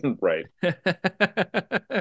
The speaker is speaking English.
Right